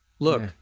Look